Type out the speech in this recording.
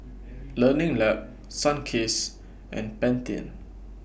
Learning Lab Sunkist and Pantene